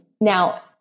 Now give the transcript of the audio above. now